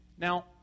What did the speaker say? Now